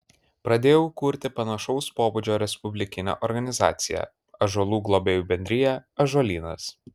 pradėjau kurti panašaus pobūdžio respublikinę organizaciją ąžuolų globėjų bendriją ąžuolynas